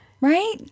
right